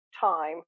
time